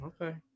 Okay